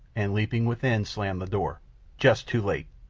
and leaping within slammed the door just too late.